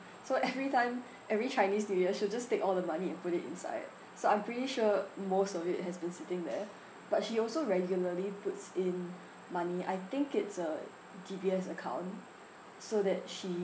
so every time every chinese new year she'll just take all the money and put it inside so I'm pretty sure most of it has been sitting there but she also regularly puts in money I think it's a D_B_S account so that she